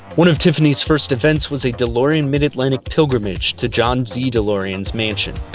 one of tiffany's first events was a delorean midatlantic pigrimage to john z. delorean's mansion.